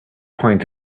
point